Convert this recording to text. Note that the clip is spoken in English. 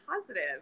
positive